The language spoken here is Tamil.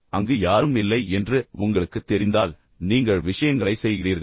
அங்கு யாரும் இல்லை என்று உங்களுக்குத் தெரிந்தால் நீங்கள் விஷயங்களைச் செய்கிறீர்களா